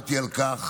עמדתי על כך